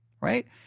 right